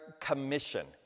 commission